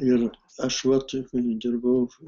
ir aš vat kai dirbau